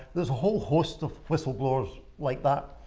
there's a whole host of whistleblowers like that.